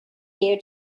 you